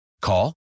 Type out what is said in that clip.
Call